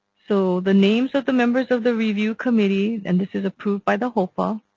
so the names of the members of the review committee, and this is approved by the hopa,